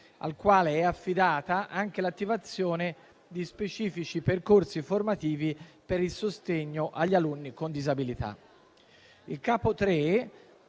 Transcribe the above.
al quale è affidata anche l'attivazione di specifici percorsi formativi per il sostegno agli alunni con disabilità. Il capo